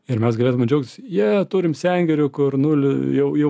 ir mes galėtume džiaugtis je turim sengirių kur nuli jau jau